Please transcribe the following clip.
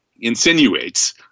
insinuates